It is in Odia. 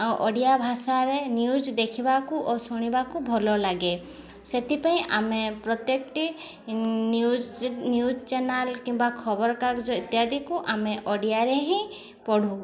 ଆଉ ଓଡ଼ିଆ ଭାଷାରେ ନ୍ୟୁଜ୍ ଦେଖିବାକୁ ଓ ଶୁଣିବାକୁ ଭଲ ଲାଗେ ସେଥିପାଇଁ ଆମେ ପ୍ରତ୍ୟେକଟି ନ୍ୟୁଜ୍ ନ୍ୟୁଜ୍ ଚ୍ୟାନେଲ୍ କିମ୍ବା ଖବର କାଗଜ ଇତ୍ୟାଦିକୁ ଆମେ ଓଡ଼ିଆରେ ହିଁ ପଢ଼ୁ